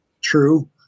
true